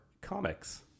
comics